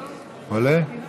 עולה?